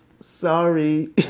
sorry